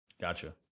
gotcha